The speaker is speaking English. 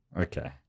Okay